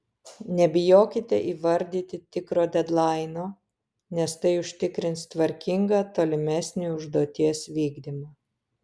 nebijokite įvardyti tikro dedlaino nes tai užtikrins tvarkingą tolimesnį užduoties vykdymą